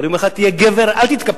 אני אומר לך: תהיה גבר, אל תתקפל.